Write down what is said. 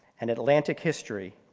and atlantic history,